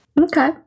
Okay